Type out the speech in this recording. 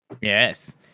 Yes